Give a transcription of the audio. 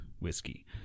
whiskey